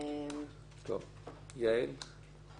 יעל, בבקשה.